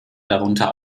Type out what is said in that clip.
darunter